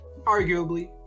Arguably